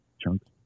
Chunk's